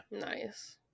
Nice